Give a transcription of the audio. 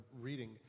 reading